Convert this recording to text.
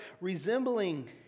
resembling